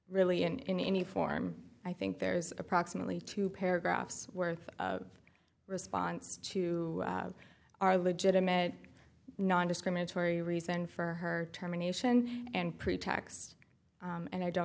really in any form i think there's approximately two paragraphs worth of response to our legitimate nondiscriminatory reason for her terminations and pretext and i don't